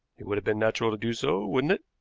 it would have been natural to do so, wouldn't it?